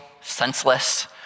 senseless